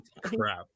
crap